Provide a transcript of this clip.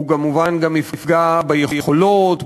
הוא כמובן גם יפגע ביכולות,